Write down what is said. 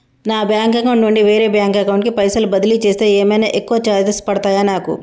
నా bank account నుండి వేరే బ్యాంక్ అకౌంట్ కి పైసల్ బదిలీ చేస్తే ఏమైనా ఎక్కువ చార్జెస్ పడ్తయా నాకు?